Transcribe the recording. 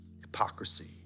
hypocrisy